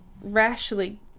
rashly